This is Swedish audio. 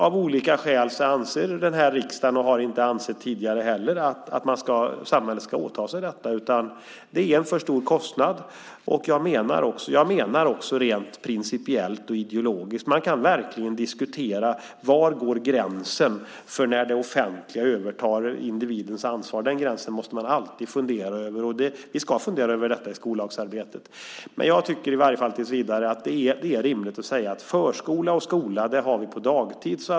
Av olika skäl anser inte denna riksdag, och har inte ansett tidigare heller, att samhället ska åta sig detta. Det är en för stor kostnad. Jag menar också att man rent principiellt och ideologiskt verkligen kan diskutera var gränsen går där det offentliga övertar individens ansvar. Den gränsen måste man alltid fundera över, och vi ska också fundera över detta i skollagsarbetet. Jag tycker dock, i varje fall tills vidare, att det är rimligt att säga att förskola och skola har vi på dagtid.